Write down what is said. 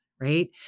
right